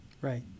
Right